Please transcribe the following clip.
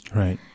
right